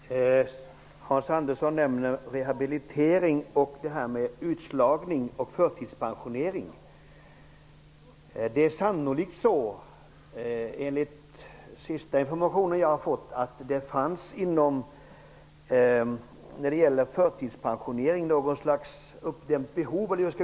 Herr talman! Hans Andersson nämnde rehabilitering, utslagning och förtidspensionering. Enligt den senaste informationen jag har fått fanns det i fråga om förtidspensionering ett slags uppdämt behov.